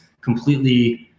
completely